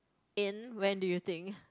in when do you think